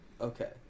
Okay